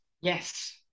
Yes